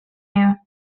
you